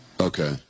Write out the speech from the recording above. Okay